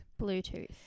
Bluetooth